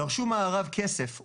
דרשו מהרב כסף.